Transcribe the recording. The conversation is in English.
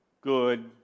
good